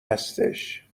هستش